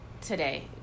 today